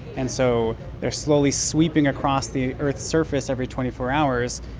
and so they're slowly sweeping across the earth's surface every twenty four hours,